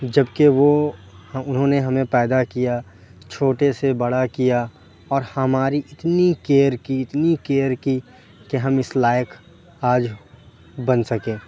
جبکہ وہ اُنہوں نے ہمیں پیدا کیا چھوٹے سے بڑا کیا اور ہماری اتنی کیئر کی اتنی کیئر کی کہ ہم اِس لائق آج بن سکے